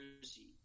Jersey